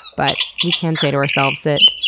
but we can say to ourselves that,